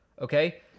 Okay